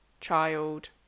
child